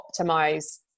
optimize